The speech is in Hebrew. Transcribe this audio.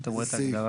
אתה רואה את ההגדרה.